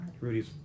Rudy's